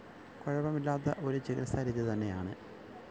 കുഴപ്പമില്ലാത്ത ഒരു ചികിത്സാരീതി തന്നെയാണ്